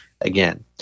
again